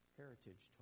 heritage